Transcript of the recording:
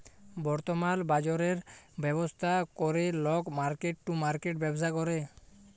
বর্তমাল বাজরের ব্যবস্থা ক্যরে লক মার্কেট টু মার্কেট ব্যবসা ক্যরে